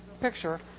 picture